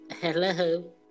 Hello